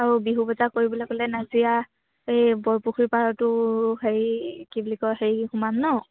আৰু বিহু বজাৰ কৰিবলৈ ক'লে নাজিৰা এই বৰপুখুৰী পাৰতো হেৰি কি বুলি কয় হেৰি সোমাম ন